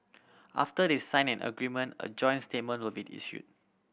after they sign an agreement a joint statement will be issued